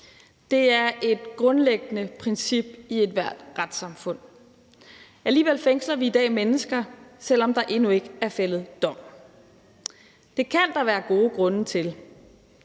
Det er et grundlæggende princip i ethvert retssamfund. Alligevel fængsler vi i dag mennesker, selv om der endnu ikke er fældet dom. Det kan der være gode grunde til.